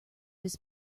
his